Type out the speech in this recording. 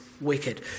wicked